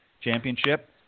Championship